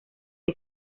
que